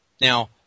Now